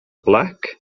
black